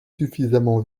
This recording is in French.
suffisamment